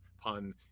pun